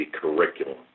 curriculum